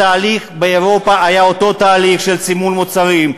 התהליך באירופה היה אותו תהליך של סימון מוצרים,